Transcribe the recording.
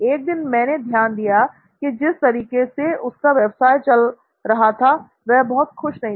एक दिन मैंने ध्यान दिया कि जिस तरीके से उसका व्यवसाय चल रहा था उससे वह बहुत खुश नहीं था